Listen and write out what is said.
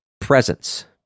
presence